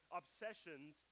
obsessions